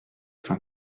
saint